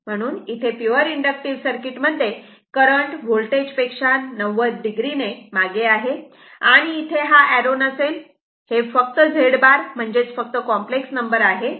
म्हणून इथे pure inductive circuit मध्ये करंट होल्टेज पेक्षा 90 o ने मागे आहे आणि इथे हा आरो नसेल हे फक्त Z बार म्हणजेच कॉम्प्लेक्स नंबर आहे